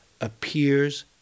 appears